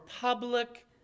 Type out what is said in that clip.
public